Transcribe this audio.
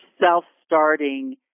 self-starting